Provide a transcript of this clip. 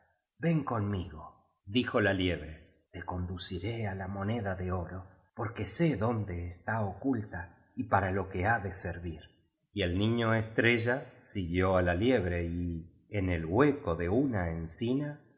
ven conmigo dijo la liebre te conduciré á la moneda de oro porque sé dónde está oculta y para lo que ha de servir y el niño estrella siguió á la liebre y en el hueco de una encina